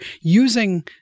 using